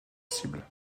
cible